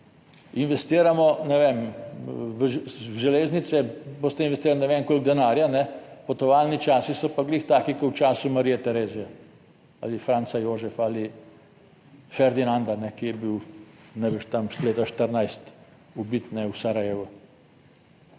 Investiramo, ne vem, v železnice boste investirali ne vem koliko denarja, potovalni časi so pa glih taki kot v času Marije Terezije ali Franca Jožefa ali Ferdinanda, ki je bil najbrž tam leta 1914 ubit v Sarajevu,